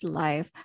life